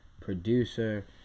producer